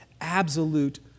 absolute